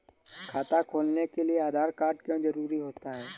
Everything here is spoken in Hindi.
खाता खोलने के लिए आधार कार्ड क्यो जरूरी होता है?